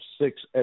six